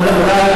רק שאלה.